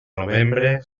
novembre